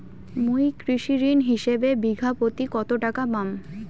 মুই কৃষি ঋণ হিসাবে বিঘা প্রতি কতো টাকা পাম?